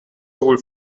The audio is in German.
sowohl